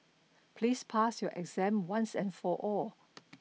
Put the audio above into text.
please pass your exam once and for all